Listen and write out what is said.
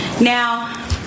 Now